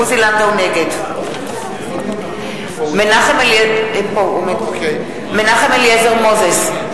נגד מנחם אליעזר מוזס,